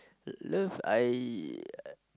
love I